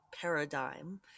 paradigm